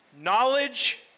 Knowledge